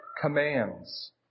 commands